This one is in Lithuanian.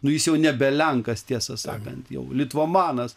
nu jis jau nebe lenkas tiesą sakant jau litvomanas